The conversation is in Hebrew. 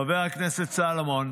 חבר הכנסת סולומון,